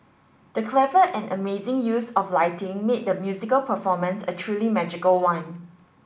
the clever and amazing use of lighting made the musical performance a truly magical one